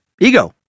Ego